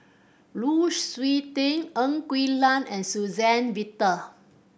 Lu Suitin Ng Quee Lam and Suzann Victor